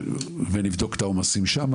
אני אקדים ואומר לפני שאני אפנה לכל מי שהגיע,